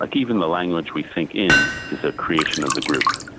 like even the language we think in is a creation of the group.